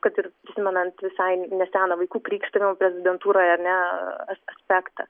kad ir prisimenant visai neseną vaikų krykštavimo prezidentūroje ar ne aspektą